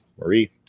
Marie